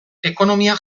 ekonomia